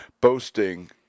boasting